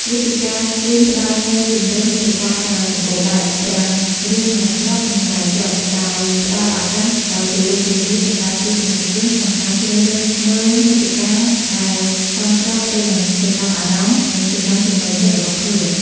វេទិកាស្ទ្រីមផ្ដល់នូវជម្រើសមាតិកាដ៏សម្បូរបែប ទាំងរឿងក្នុងស្រុក និងក្រៅស្រុក ដោយផ្តល់ឱកាសដ៏ទូលំទូលាយសម្រាប់ទស្សនិកជនក្នុងការជ្រើសរើសមើលមាតិកាដែលសមស្របទៅនឹងចំណាប់អារម្មណ៍ និងចំណង់ចំណូលចិត្តរបស់ខ្លួន។